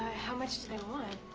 how much do they want?